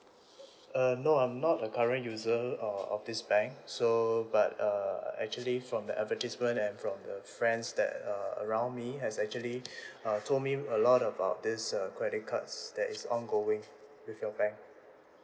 uh no I'm not a current user err of this bank so but uh actually from the advertisement and from the friends that uh around me has actually uh told me a lot about these uh credit cards that is ongoing with your bank